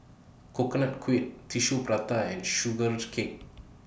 Coconut Kuih Tissue Prata and Sugar Cake